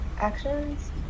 actions